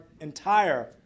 entire